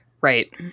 Right